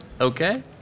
Okay